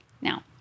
Now